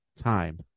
time